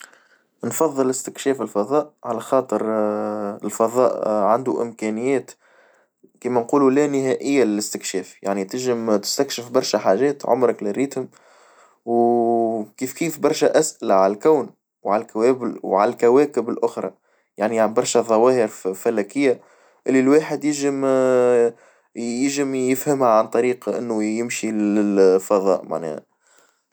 نفظل استكشاف الفظاء على خاطر الفظاء عندو إمكانيات، كيما نقولو لا نهائيًا للاستكشاف يعني تنجم تستكشف برشا حاجات عمرك لاريتهم و كيف كيف برشا أسئلة على الكون، وعلى الكواكب الأخرى يعني برشا ظواهر فلكية اللي الواحد يجم يحم يفهمها عن طريق إنه يمشي للفظاء معناها.